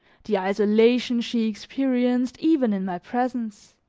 the isolation she experienced even in my presence,